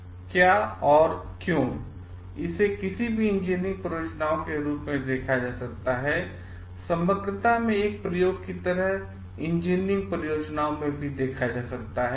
क्या और क्यों इसे किसी भी इंजीनियरिंग परियोजनाओं के रूप में देखा जा सकता है समग्रता में एक प्रयोग की तरह या इंजीनियरिंग परियोजनाओं में भी देखा जा सकता है